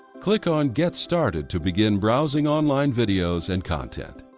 click on get started to begin browsing online videos and content.